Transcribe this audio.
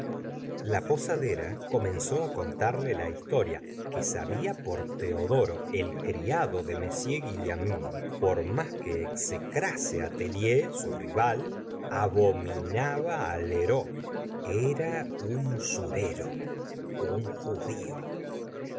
la posadera comenzó á contarle la historia que sabia por teodoro el criado de m guillaumin por más que execrase tellier su rival abominaba lheureux era un usurero un judío